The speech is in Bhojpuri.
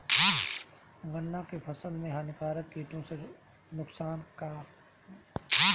गन्ना के फसल मे हानिकारक किटो से नुकसान बा का?